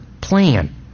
plan